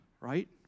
right